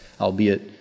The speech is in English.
albeit